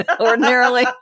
Ordinarily